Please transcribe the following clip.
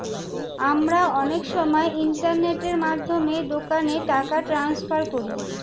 আমরা অনেক সময় ইন্টারনেটের মাধ্যমে দোকানে টাকা ট্রান্সফার করি